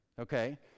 Okay